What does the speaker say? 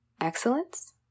excellence